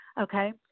okay